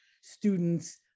students